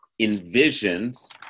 envisions